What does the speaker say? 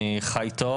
אני חי טוב,